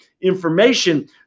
information